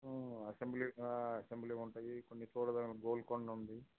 assembly assembly ఉంటాయి కొన్ని చూడదగిన గోల్కొండ ఉంది